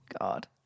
God